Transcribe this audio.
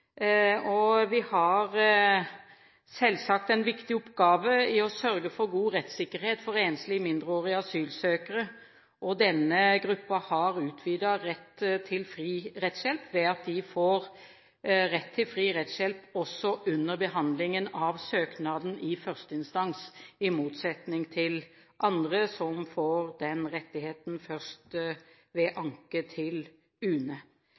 og vi har selvsagt en viktig oppgave i å sørge for god rettssikkerhet for enslige mindreårige asylsøkere. Denne gruppen har utvidet rett til fri rettshjelp ved at de får rett til fri rettshjelp også under behandlingen av søknaden i første instans – i motsetning til andre, som får den rettigheten først ved anke til UNE.